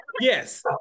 Yes